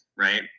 Right